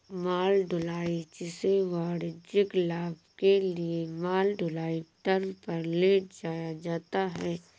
माल ढुलाई, जिसे वाणिज्यिक लाभ के लिए माल ढुलाई दर पर ले जाया जाता है